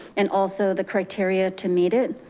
and also the criteria to meet it.